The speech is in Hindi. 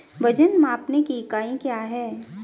वजन मापने की इकाई क्या है?